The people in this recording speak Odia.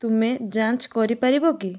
ତୁମେ ଯାଞ୍ଚ୍ କରିପାରିବ କି